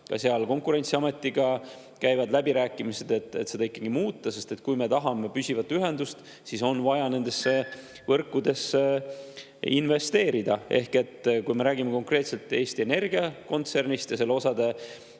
käivad Konkurentsiametiga läbirääkimised, et seda ikkagi muuta, sest kui me tahame püsivat ühendust, siis on vaja võrkudesse investeerida. Ehk kui me räägime konkreetselt Eesti Energia kontsernist ja selle osade